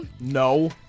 No